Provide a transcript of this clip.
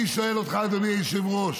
אני שואל אותך, אדוני היושב-ראש: